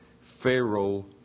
Pharaoh